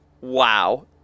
Wow